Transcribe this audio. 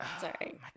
sorry